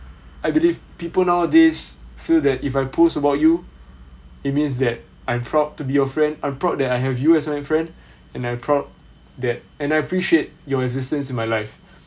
I believe people nowadays feel that if I post about you it means that I'm proud to be your friend I'm proud that I have you as my friend and I'm proud that and I appreciate your existence in my life